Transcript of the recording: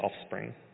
offspring